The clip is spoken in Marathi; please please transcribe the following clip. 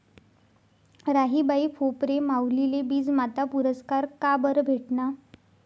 राहीबाई फोफरे माउलीले बीजमाता पुरस्कार काबरं भेटना?